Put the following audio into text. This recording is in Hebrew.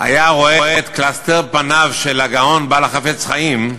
היה רואה את קלסתר פניו של הגאון בעל ה"חפץ חיים",